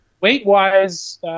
weight-wise